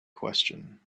question